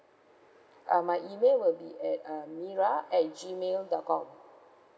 uh my email will be at uh mira at G mail dot com